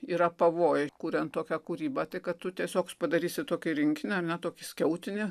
yra pavojai kuriant tokią kūrybą tai kad tu tiesiog padarysi tokį rinkinį ar ne tokį skiautinį